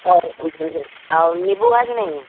और और नीबू है कि नहीं